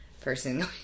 person